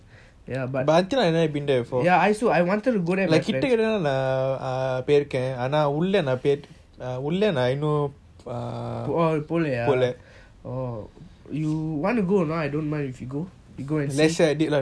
ya I also I wanted to go there with my friends but பொழிய:polaya oh you want to go or not I don't mind we go and see